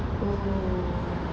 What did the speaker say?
oh